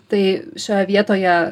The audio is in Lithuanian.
tai šioje vietoje